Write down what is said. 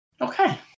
Okay